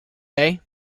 day